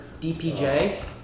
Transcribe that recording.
DPJ